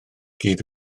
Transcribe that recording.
gyd